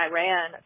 Iran